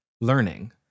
learning